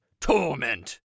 torment